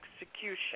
execution